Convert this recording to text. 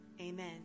amen